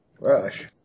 Rush